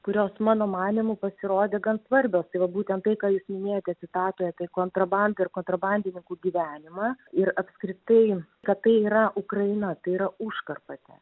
kurios mano manymu pasirodė gan svarbios tai va būtent tai ką jūs minėjote citatoje tai kontrabanda ir kontrabandininkų gyvenimą ir apskritai kad tai yra ukraina tai yra užkarpatė